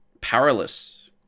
powerless